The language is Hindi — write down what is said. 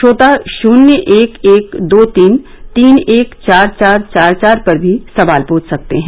श्रोता शून्य एक एक दो तीन तीन एक चार चार पर भी सवाल पूछ सकते हैं